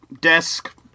desk